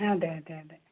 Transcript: അതെ അതെ അതെ